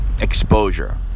exposure